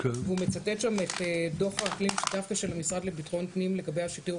והוא מצטט שם את דוח המשרד לביטחון פנים לגבי השיטור